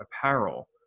apparel